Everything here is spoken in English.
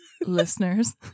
listeners